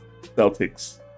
Celtics